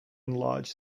enlarge